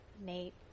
Nate